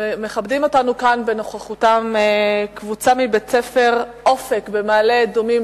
מכבדת אותנו כאן בנוכחותה קבוצה מבית-ספר "אופק" במעלה-אדומים.